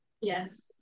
Yes